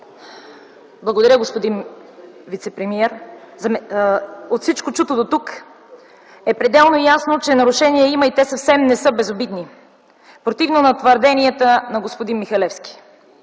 Благодаря, господин вицепремиер. От всичко чуто дотук е пределно ясно, че нарушения има и те съвсем не са безобидни, противно на твърденията на господин Михалевски.